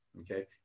okay